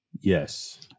Yes